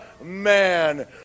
man